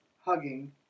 hugging